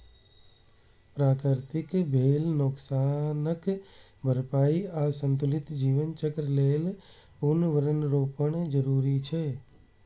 प्रकृतिक भेल नोकसानक भरपाइ आ संतुलित जीवन चक्र लेल पुनर्वनरोपण जरूरी छै